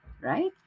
right